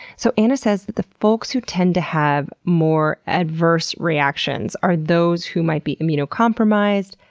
so anna says that the folks who tend to have more adverse reactions are those who might be immunocompromised,